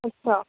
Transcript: ਅੱਛਾ